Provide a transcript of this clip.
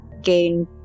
gain